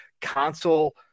console